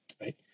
right